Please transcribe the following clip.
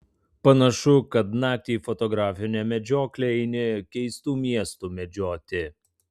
panašu kad naktį į fotografinę medžioklę eini keistų miestų medžioti